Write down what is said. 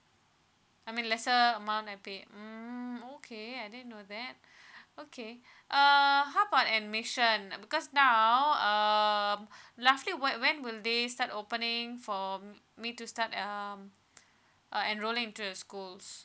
I mean lesser amount I pay mm okay I didn't know that okay uh how about admission uh because now um lastly w~ when will they start opening for me to start um uh enrolling to the schools